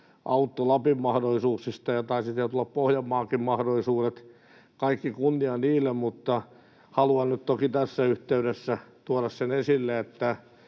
Autto Lapin mahdollisuuksista ja taisivat siellä tulla Pohjanmaankin mahdollisuudet. Kaikki kunnia niille, mutta haluan nyt toki tässä yhteydessä tuoda esille sen, että